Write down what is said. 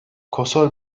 kosor